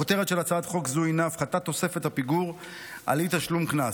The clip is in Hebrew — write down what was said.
הכותרת של הצעת חוק זו היא "הפחתת תוספת הפיגור על אי-תשלום קנס".